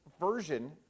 version